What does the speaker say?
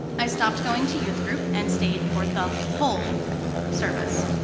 i stopped going to youth group and stayed for the whole service.